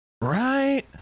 Right